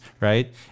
Right